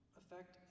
affect